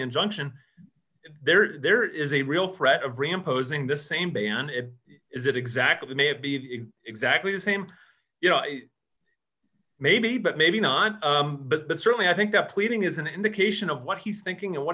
injunction there is there is a real threat of ram posing the same ban it is it exactly may have be exactly the same you know i maybe but maybe not but that certainly i think up leaving is an indication of what he's thinking and wh